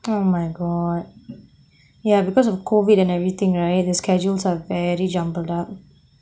oh my god ya because of C_O_V_I_D and everything right the schedules are very jumbled up